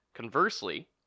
conversely